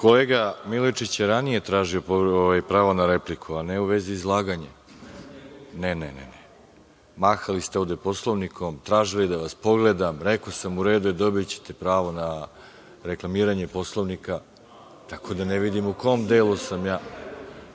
Kolega Milojičić je ranije tražio pravo na repliku, a ne u vezi izlaganja.(Radoslav Milojičić: Nisam.)Ne, mahali ste ovde Poslovnikom, tražili da vas pogledam i rekao sam u redu je, dobićete pravo na reklamiranje Poslovnika, tako da ne vidim u kom delu sam ja